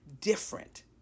different